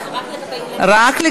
סגן שר האוצר, שנייה, רבותי.